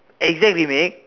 exact remake